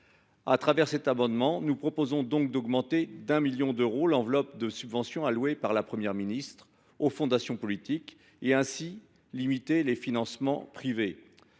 Au travers de cet amendement, nous proposons d’augmenter d’un million d’euros l’enveloppe de subventions allouée par la Première ministre aux fondations politiques et, ainsi, de limiter les financements privés.